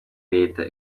leta